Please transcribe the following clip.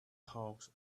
hawks